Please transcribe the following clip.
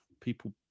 people